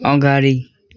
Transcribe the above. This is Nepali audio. अगाडि